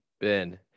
Ben